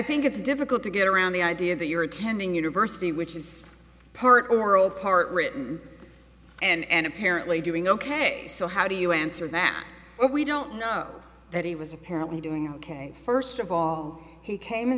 think it's difficult to get around the idea that you're attending university which is part of the world part written and apparently doing ok so how do you answer that we don't know that he was apparently doing ok first of all he came in